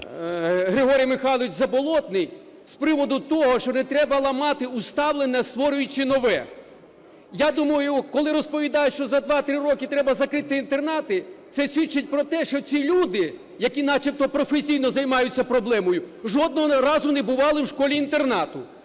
Григорій Михайлович Заболотний з приводу того, що не треба ламати усталене, створюючи нове. Я думаю, коли розповідають, що за 2-3 роки треба закрити інтернати, це свідчить про те, що ці люди, які начебто професійно займаються проблемою, жодного разу не бували в школі-інтернаті.